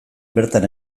bertan